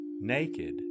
Naked